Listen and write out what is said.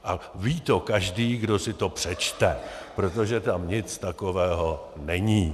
A ví to každý, kdo si to přečte, protože tam nic takového není.